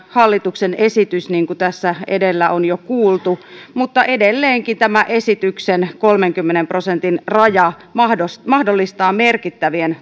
hallituksen esitys niin kuin tässä edellä on jo kuultu mutta edelleenkin tämä esityksen kolmenkymmenen prosentin raja mahdollistaa mahdollistaa merkittävien